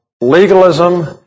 legalism